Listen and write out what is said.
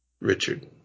Richard